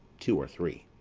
two or three.